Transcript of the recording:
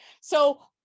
So-